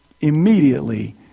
immediately